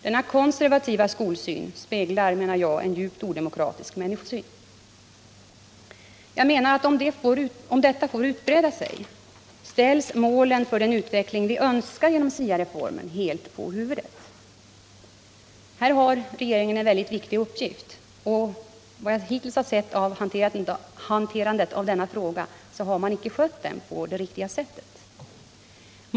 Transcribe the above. Denna konservativa skolsyn speglar, menar jag, en djupt odemokratisk människosyn. Jag menar att om detta får utbreda sig ställs målen för den utveckling vi önskar genom SIA-reformen helt på huvudet. Här har regeringen en väldigt viktig uppgift. Vad jag hittills har sett av hanterandet av denna fråga har man icke skött den på det riktiga sättet.